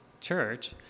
church